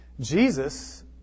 Jesus